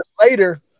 later